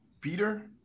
Peter